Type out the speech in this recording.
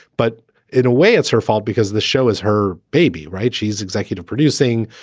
but in a way it's her fault because the show is her baby, right? she's executive producing.